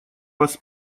вас